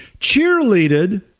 cheerleaded